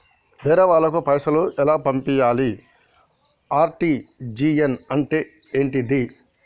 వేరే వాళ్ళకు పైసలు ఎలా పంపియ్యాలి? ఆర్.టి.జి.ఎస్ అంటే ఏంటిది?